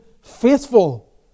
faithful